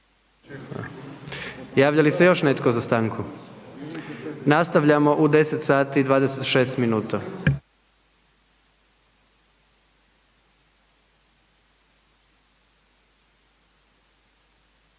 Javlja li se još netko za stanku? Nastavljamo u 10:26 sati.